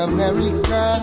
America